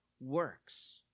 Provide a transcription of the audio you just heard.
works